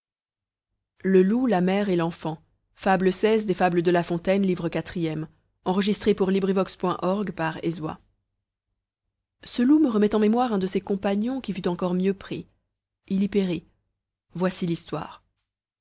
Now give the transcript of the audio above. le loup la mère et l'enfant ce loup me remet en mémoire un de ses compagnons qui fut encor mieux pris il y périt voici l'histoire